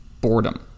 boredom